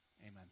Amen